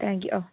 thank you oh